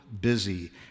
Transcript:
busy